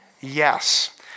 Yes